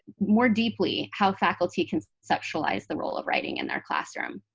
more deeply how faculty conceptualize the role of writing in their classroom.